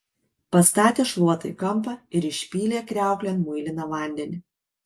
pastatė šluotą į kampą ir išpylė kriauklėn muiliną vandenį